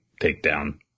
takedown